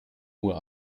uhr